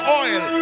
oil